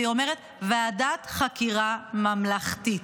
והיא אומרת: ועדת חקירה ממלכתית.